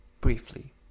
briefly